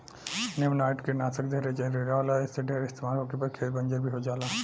नेमानाइट कीटनाशक ढेरे जहरीला होला ऐसे ढेर इस्तमाल होखे पर खेत बंजर भी हो जाला